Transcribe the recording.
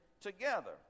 together